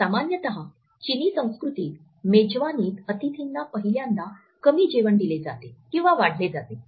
सामान्यतः चिनी संस्कृतीत मेजवानीत अतिथींना पहिल्यांदा कमी जेवण दिले जाते किंवा वाढले जाते